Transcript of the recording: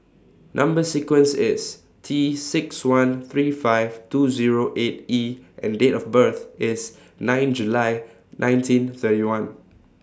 Number sequence IS T six one three five two Zero eight E and Date of birth IS nine July nineteen thirty one